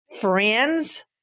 friends